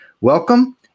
welcome